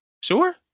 Sure